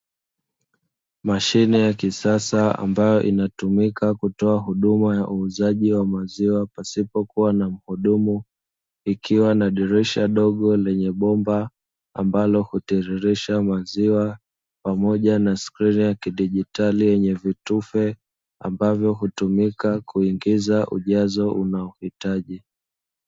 Mashine ya kisasa ambayo inatumika kutoa huduma ya uuzaji wa maziwa pasipokuwa na muhudumu, ikiwa na dirisha dogo lenye bomba ambalo hutiririsha maziwa , pamoja na skrini ya kidijitali yenye vitufe ambavyo hutumika kuingiza ujazo unahitaji.